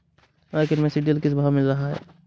Market में सीद्रिल किस भाव में मिल रहा है?